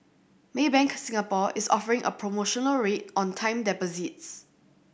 Maybank Singapore is offering a promotional rate on time deposits